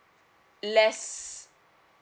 less